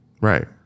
Right